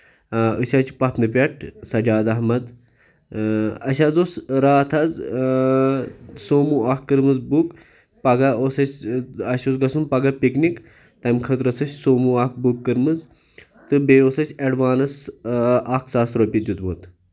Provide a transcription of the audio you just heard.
أسۍ حظ چھِ پَتھنہٕ پٮ۪ٹھ سجاد احمد اَسہِ حظ اوس راتھ حظ سومو اکھ کٔرمٕژ بُک پَگہہ اوس اَسہِ اَسہِ اوس گژھُن پَگہہ پِکنِک تَمہِ خٲطرٕ ٲسۍ اَسہِ سومو اکھ بُک کٔرمٕژ تہٕ بیٚیہِ اوس اَسہِ ایڈوانٕس اکھ ساس رۄپیہِ دیُتمُت